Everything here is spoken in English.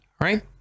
Right